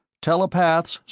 telepaths,